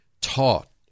taught